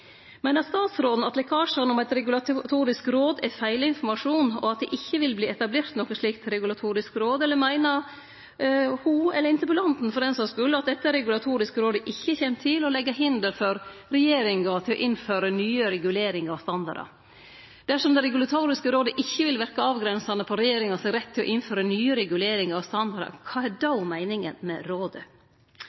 Meiner statsråden at lekkasjane om eit regulatorisk råd er feilinformasjon, og at det ikkje vil verte etablert noko slikt regulatorisk råd, eller meiner ho – eller interpellanten for den saks skuld – at dette regulatoriske rådet ikkje kjem til å leggje hinder for regjeringar når det gjeld å innføre nye reguleringar og standardar? Dersom det regulatoriske rådet ikkje vil verke avgrensande på regjeringar sin rett til å innføre nye reguleringar og standardar, kva er då meininga med rådet?